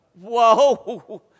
Whoa